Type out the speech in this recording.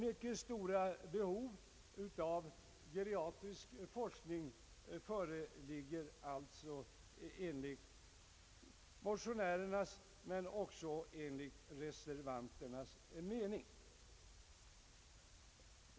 Mycket stora behov av geriatrisk forskning föreligger alltså enligt motionärernas och även enligt reservanternas mening.